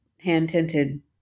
hand-tinted